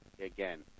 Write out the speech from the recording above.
again